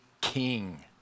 king